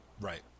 Right